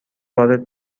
وارد